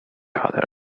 other